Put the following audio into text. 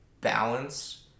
balance